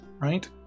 right